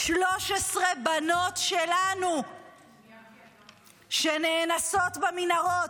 13 בנות שלנו שנאנסות במנהרות,